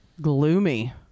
gloomy